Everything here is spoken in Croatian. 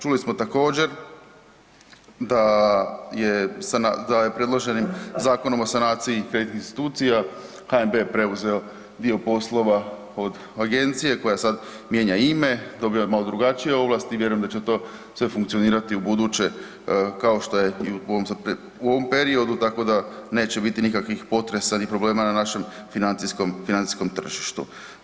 Čuli smo također da je predloženim Zakonom o sanaciji kreditnih institucija HNB preuzeo dio poslova od agencije koja sada mijenja ime, dobija malo drugačije ovlasti i vjerujem da će to sve funkcionirati ubuduće kao što je i u ovom periodu tako da neće biti nikakvih potresa ni problema na našem financijskom tržištu.